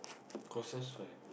closest friend